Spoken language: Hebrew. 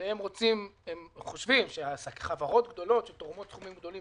הם חושבים שחברות גדולות שתורמות סכומים גדולים,